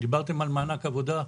דיברתם על מענק עבודה.